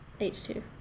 H2